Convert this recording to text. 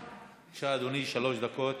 אדוני, שלוש דקות,